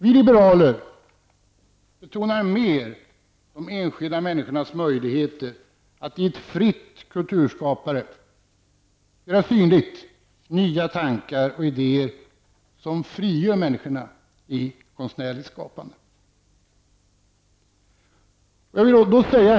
Vi liberaler betonar mer de enskilda människornas möjligheter att i ett fritt kulturskapande göra synliga nya tankar och ideér som frigör människorna i konstnärligt skapande.